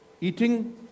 eating